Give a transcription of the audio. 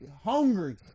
hungry